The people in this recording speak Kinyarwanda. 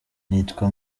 nitwa